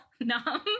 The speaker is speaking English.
numb